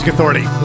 authority